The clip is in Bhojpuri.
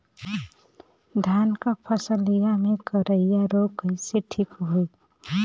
धान क फसलिया मे करईया रोग कईसे ठीक होई?